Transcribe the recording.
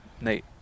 Nate